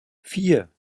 vier